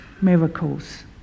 miracles